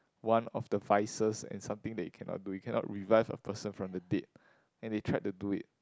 one of the vices is something that you cannot do you cannot revive a person from the dead and they tried to do it